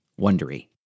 Wondery